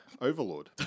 overlord